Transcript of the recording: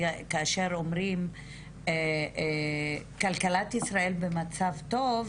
כאשר אומרים כלכלת ישראל במצב טוב,